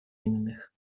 innych